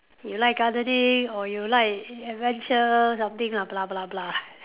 you like gardening or you like adventure something lah blah blah blah